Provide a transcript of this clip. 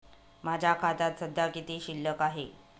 माझ्या खात्यात सध्या किती शिल्लक आहे?